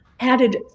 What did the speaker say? Added